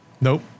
Nope